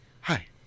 hi